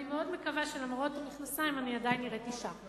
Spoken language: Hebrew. אני מאוד מקווה שלמרות המכנסיים אני עדיין נראית אשה.